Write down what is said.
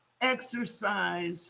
exercise